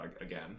again